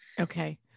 Okay